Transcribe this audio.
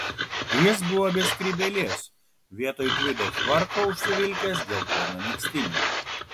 jis buvo be skrybėlės vietoj tvido švarko užsivilkęs geltoną megztinį